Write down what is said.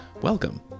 welcome